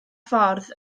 ffordd